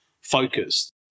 focused